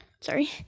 sorry